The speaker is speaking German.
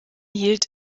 hielt